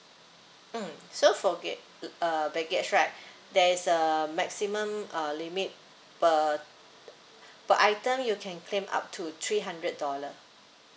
mm so for gag~ e~ err baggage right there is a maximum uh limit per per item you can claim up to three hundred dollar